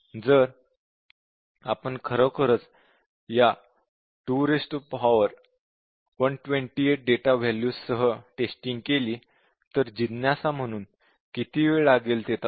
जर आपण खरोखरच या 2128 डेटा वॅल्यूज सह टेस्टिंग केलीतर जिज्ञासा म्हणून किती वेळ लागेल ते तपासा